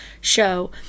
show